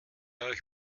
euch